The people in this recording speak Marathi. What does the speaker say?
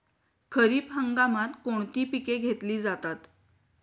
खरीप हंगामात कोणती पिके घेतली जातात?